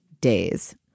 Days